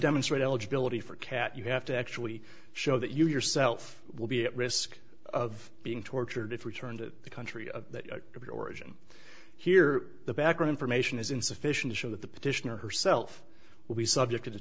demonstrate eligibility for kat you have to actually show that you yourself will be at risk of being tortured if we turn to the country of origin here the background information is insufficient to show that the petitioner herself will be subjected to